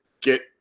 get